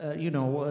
you know,